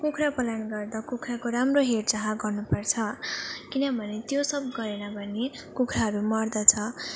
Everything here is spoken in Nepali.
कुखुरा पालन गर्दा कुखुराको राम्रो हेरचाह गर्नु पर्छ किनभने त्यो सब गरेन भने कुखुराहरू मर्दछ